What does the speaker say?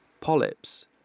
polyps